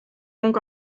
donc